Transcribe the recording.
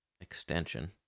extension